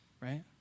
right